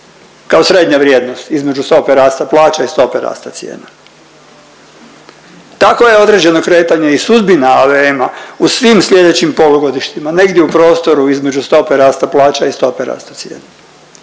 kao srednja vrijednost između stope rasta plaća i stope rasta cijena. Tako je određeno kretanje i sudbina AVM-a u svim sljedećim polugodištem, negdje u prostoru između stope rasta plaća i stope rasta cijena,